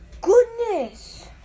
Goodness